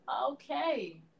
Okay